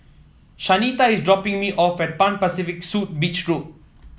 Shanita is dropping me off at Pan Pacific Suit Beach Road